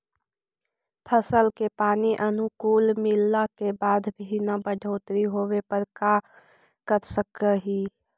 फसल के पानी अनुकुल मिलला के बाद भी न बढ़ोतरी होवे पर का कर सक हिय?